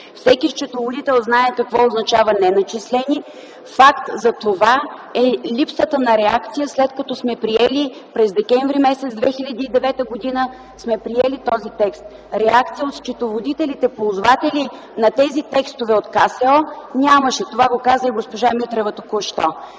Всеки счетоводител знае какво означава „неначислени”. Факт за това е липсата на реакция, след като сме приели този текст през м. декември 2009 г. Реакция от счетоводителите-ползватели на тези текстове от КСО, нямаше. Това го каза и госпожа Митрева току-що.